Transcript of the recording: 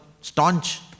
staunch